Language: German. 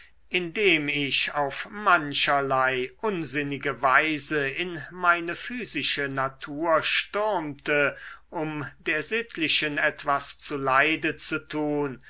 indem ich auf mancherlei unsinnige weise in meine physische natur stürmte um der sittlichen etwas zu leide zu tun